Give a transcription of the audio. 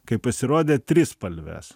kai pasirodė trispalvės